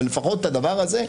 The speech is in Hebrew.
אבל לפחות את הדבר הזה,